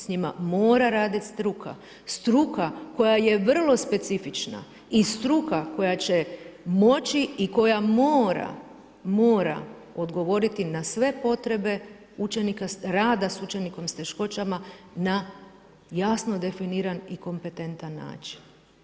S njima mora raditi struka, struka koja je vrlo specifična i struka koja će moći i koja mora odgovoriti na sve potrebe učenika, rada s učenikom s teškoćama na jasno definiran i kompetentan način.